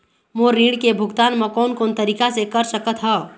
मोर ऋण के भुगतान म कोन कोन तरीका से कर सकत हव?